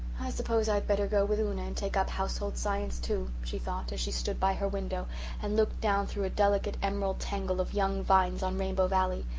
suppose i'd better go with una and take up household science too, she thought, as she stood by her window and looked down through a delicate emerald tangle of young vines on rainbow valley,